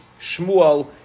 Shmuel